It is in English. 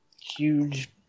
huge